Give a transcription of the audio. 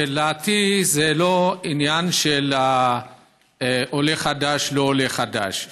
שאלתי היא לא עניין של עולה חדש או לא עולה חדש,